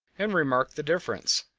and remark the difference.